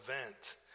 event